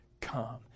come